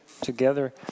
together